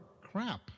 crap